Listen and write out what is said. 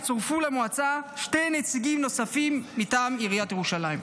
יצורפו למועצה שני נציגים מטעם עיריית ירושלים.